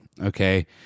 Okay